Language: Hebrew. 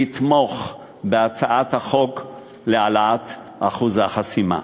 לתמוך בהצעת החוק להעלאת אחוז החסימה.